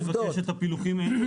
אז אפשר לבקש את הפילוחים האלה.